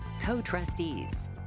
Co-Trustees